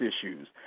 issues